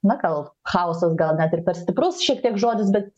na gal chaosas gal net ir per stiprus šiek tiek žodis bet